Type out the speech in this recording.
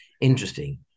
interesting